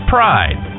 Pride